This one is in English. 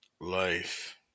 Life